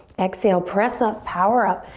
exhale, press up, power up.